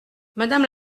madame